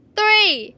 three